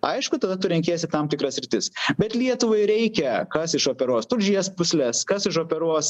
aišku tada tu renkiesi tam tikras sritis bet lietuvai reikia kas išoperuos tulžies pūsles kas išoperuos